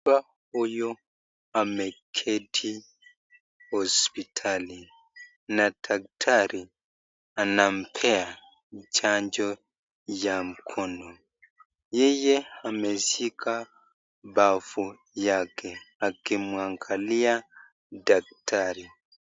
Baba huyu ameketi hospitalini na daktari anampea chanjo ya mkono yeye ameshika bafu yake akimwangalia daktari.